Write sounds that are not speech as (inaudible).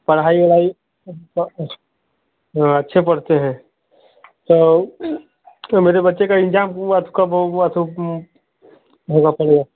पढ़ाई वढ़ाई (unintelligible) हाँ अच्छे पढ़ते हैं तो मेरे बच्चे का एक्जाम हुआ उसका बौ हुआ तो करना पड़ेगा